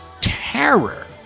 terror